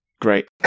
great